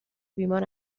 بیمار